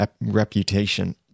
reputation